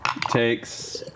Takes